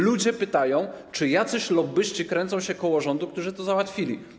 Ludzie pytają, czy jacyś lobbyści kręcą się koło rządu, którzy to załatwili.